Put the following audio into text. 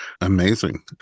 Amazing